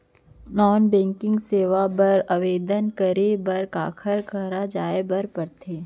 non banking सेवाएं बर आवेदन करे बर काखर करा जाए बर परथे